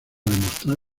demostrar